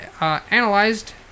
analyzed